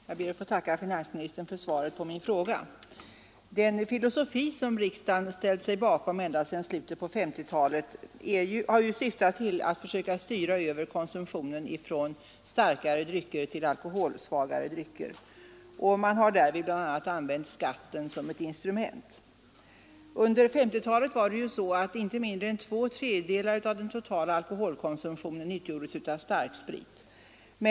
Herr talman! Jag ber att få tacka finansministern för svaret på min fråga. Den filosofi som riksdagen ställt sig bakom ända sedan slutet på 1950-talet har ju syftat till att försöka styra över konsumtionen från starkare drycker till alkoholsvagare drycker. Man har därvid bl.a. använt skatten som instrument. Under 1950-talet utgjordes inte mindre än två tredjedelar av den totala alkoholkonsumtionen av starksprit.